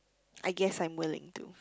I guess I'm willing to